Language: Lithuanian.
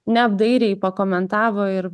neapdairiai pakomentavo ir